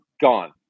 Gone